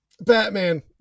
batman